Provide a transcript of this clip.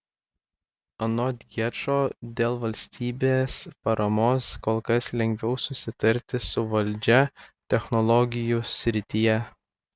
anot gečo dėl valstybės paramos kol kas lengviau susitarti su valdžia technologijų srityje